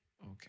Okay